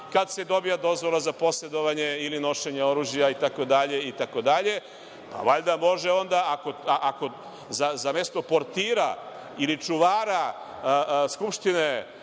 kada se dobija dozvola za posedovanje ili nošenje oružja itd. Valjda može onda ako za mesto portira ili čuvara Skupštine